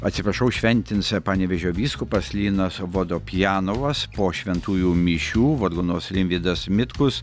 atsiprašau šventins panevėžio vyskupas linas vodopjanovas po šventųjų mišių vargonuos rimvydas mitkus